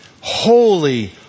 holy